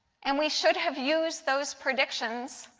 and we should have used those predictions